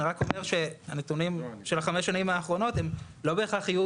אני רק אומר שהנתונים של חמש השנים האחרונות לא בהכרח יהיו